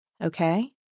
okay